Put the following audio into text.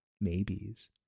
maybes